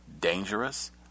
dangerous